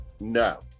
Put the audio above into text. no